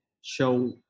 show